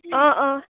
অঁ অঁ